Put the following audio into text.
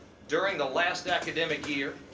during the last academic year,